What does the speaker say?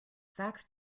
facts